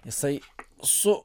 jisai su